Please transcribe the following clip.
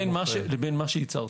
למה שהצהרת.